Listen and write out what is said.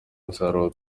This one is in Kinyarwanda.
musaruro